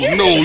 no